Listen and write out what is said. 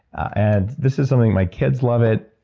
and this is something, my kids love it.